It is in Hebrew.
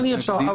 אבל אי-אפשר.